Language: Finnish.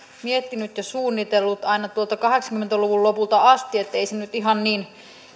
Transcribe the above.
miettinyt ja suunnitellut aina tuolta kahdeksankymmentä luvun lopulta asti ei se nyt ihan niin